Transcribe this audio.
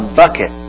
bucket